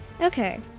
okay